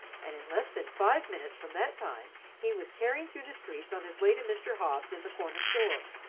and in less than five minutes from that time he was tearing through the streets on his way to mr. hobbs and the corner store.